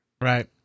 Right